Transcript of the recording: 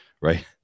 right